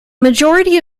majority